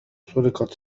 سُرقت